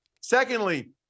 Secondly